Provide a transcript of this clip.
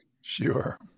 Sure